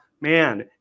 Man